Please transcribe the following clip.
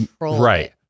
Right